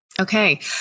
Okay